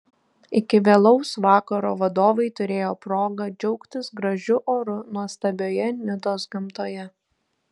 iki vėlaus vakaro vadovai turėjo progą džiaugtis gražiu oru nuostabioje nidos gamtoje